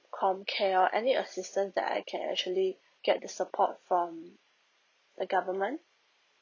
comcare or any assistance that I can actually get the support from the government